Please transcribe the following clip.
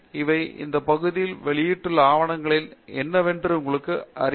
அவை அந்தப் பகுதியில் வெளியிடப்பட்ட ஆவணங்கள் என்னவென்று உங்களுக்கு அறிவிக்கின்றன